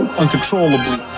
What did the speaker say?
uncontrollably